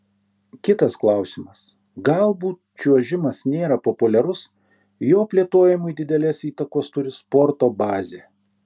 kitas klausimas galbūt čiuožimas nėra populiarus jo plėtojimui didelės įtakos turi sporto bazė